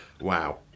wow